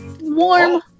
Warm